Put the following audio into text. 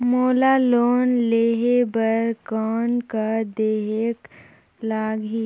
मोला लोन लेहे बर कौन का देहेक लगही?